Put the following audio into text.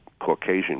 Caucasian